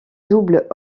double